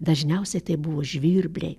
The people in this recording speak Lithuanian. dažniausiai tai buvo žvirbliai